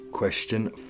Question